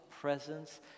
presence